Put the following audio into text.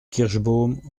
kirschbaum